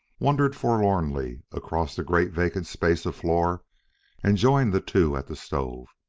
wandered forlornly across the great vacant space of floor and joined the two at the stove.